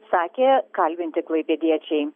sakė kalbinti klaipėdiečiai